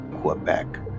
Quebec